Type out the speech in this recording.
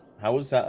how was